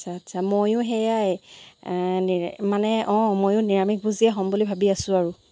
আচ্ছা আচ্ছা ময়ো সেয়াই মানে অঁ ময়ো নিৰামিষভোজীয়ে হ'ম বুলি ভাবি আছোঁ আৰু